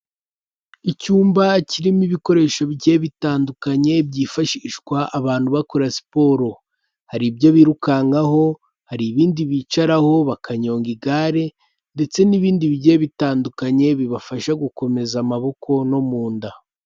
Icyumba kirimo ibikoresho bye bitandukanye byifashishwa abantu bakora siporo, hari ibyo birukankaho, hari ibindi bicaraho bakanyonga igare ndetse n'ibindi bigiye bitandukanye bibafasha gukomeza amaboko no mu nda.